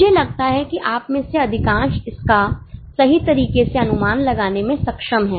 मुझे लगता है कि आप में से अधिकांश इसका सही तरीके से अनुमान लगाने में सक्षम है